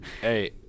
Hey